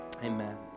Amen